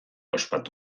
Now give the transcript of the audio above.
ospatu